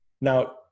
Now